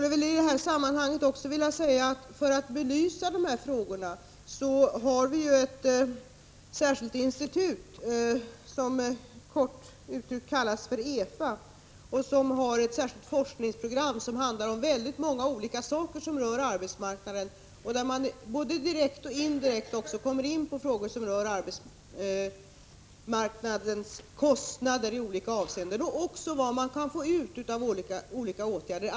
Jag skulle i detta sammanhang också vilja säga att för att belysa dessa frågor har vi ett särskilt institut som kort uttryckt kallas EFA. Det har ett särskilt forskningsprogram som handlar om många olika saker på arbetsmarknaden och där man både direkt och indirekt kommer in på frågor som rör arbetsmarknadens kostnader i olika avseenden och också vad man kan få utav olika åtgärder.